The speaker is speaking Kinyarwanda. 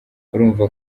urumva